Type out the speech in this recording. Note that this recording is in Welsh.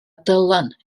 dylan